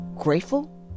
grateful